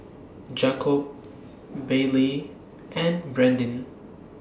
Jakob Baylee and Brandan